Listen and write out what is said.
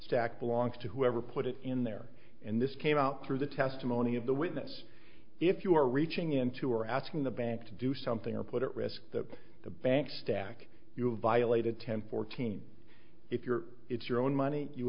stacked belongs to whoever put it in there and this came out through the testimony of the witness if you are reaching into or asking the bank to do something or put at risk that the banks stack you violated temp fourteen if your it's your own money you